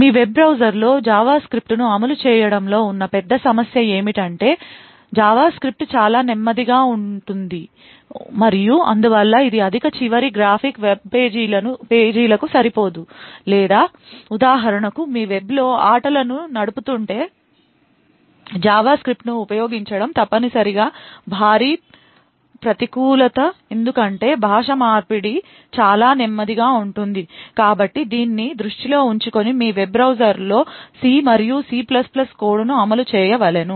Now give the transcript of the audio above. మీ web బ్రౌజర్లో జావాస్క్రిప్ట్ను అమలు చేయడంలో ఉన్న పెద్ద సమస్య ఏమిటంటే జావాస్క్రిప్ట్ చాలా నెమ్మదిగా ఉంది మరియు అందువల్ల ఇది అధిక చివరి గ్రాఫిక్ వెబ్ పేజీలకు సరిపోదు లేదా ఉదాహరణకు మీరు వెబ్లో ఆటలను నడుపుతుంటే జావాస్క్రిప్ట్ను ఉపయోగించడం తప్పనిసరిగా భారీ ప్రతికూలత ఎందుకంటే భాష మార్పిడి చాలా నెమ్మదిగా ఉంటుంది కాబట్టి దీన్ని దృష్టిలో ఉంచుకుని మీ వెబ్ బ్రౌజర్లో సి మరియు సి కోడ్ను అమలు చేయవలెను